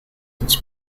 its